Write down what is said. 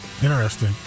Interesting